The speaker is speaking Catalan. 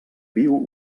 viu